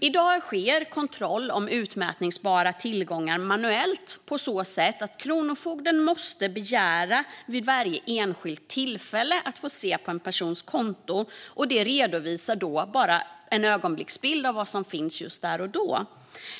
I dag sker kontroll av utmätbara tillgångar manuellt på så sätt att Kronofogden måste begära att få se en persons konto vid varje enskilt tillfälle, och då redovisas bara en ögonblicksbild av vad som finns på kontot just där och då.